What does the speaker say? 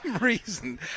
reason